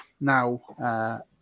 now